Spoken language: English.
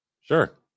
sure